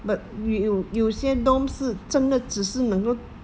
but 有有些 dorm 是真的只是能够